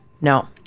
No